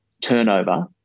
turnover